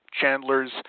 Chandler's